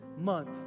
month